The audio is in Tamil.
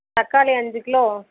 தக்காளி அஞ்சு கிலோ